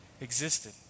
existed